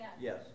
yes